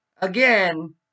Again